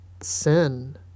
sin